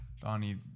Donnie